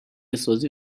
سازی